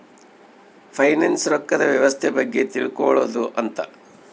finance ರೊಕ್ಕದ್ ವ್ಯವಸ್ತೆ ಬಗ್ಗೆ ತಿಳ್ಕೊಳೋದು ಅಂತ